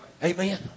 Amen